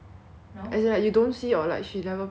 as in like you don't see or like she'd never post